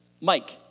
Mike